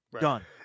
Done